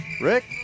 Rick